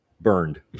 burned